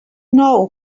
know